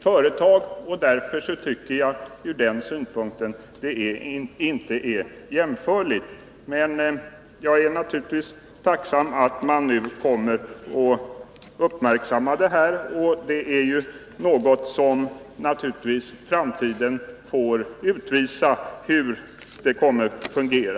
Det är därför inte jämförbart. Jag är naturligtvis tacksam att man nu kommer att uppmärksamma det här. Framtiden får utvisa hur det kommer att fungera.